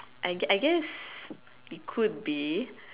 I I guess it could be